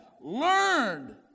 learned